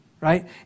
right